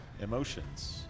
Emotions